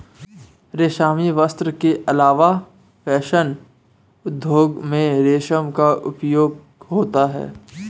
रेशमी वस्त्र के अलावा फैशन उद्योग में रेशम का उपयोग होता है